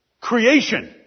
Creation